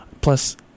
Plus